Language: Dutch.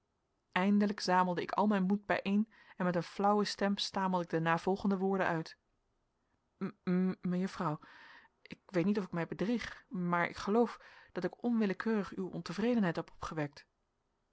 eindelijk zamelde ik al mijn moed bijeen en met een flauwe stem stamelde ik de navolgende woorden uit mejuffrouw ik weet niet of ik mij bedrieg maar ik geloof dat ik onwillekeurig uw ontevredenheid heb opgewekt